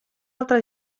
altre